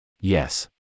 Yes